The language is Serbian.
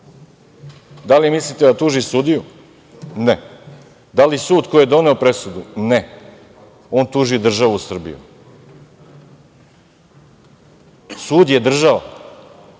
Da li mislite da tuži sudiju? Ne. Da li sud koji je doneo presudu? Ne. On tuži državu Srbiju. Sud je država,